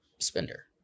spender